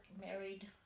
married